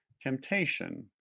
temptation